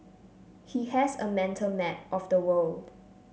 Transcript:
he has a mental map of the world